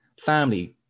family